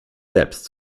selbst